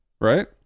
Right